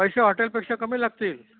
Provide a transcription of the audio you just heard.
पैसे हॉटेलपेक्षा कमी लागतील